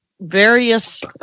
various